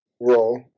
role